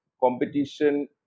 competition